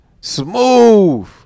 Smooth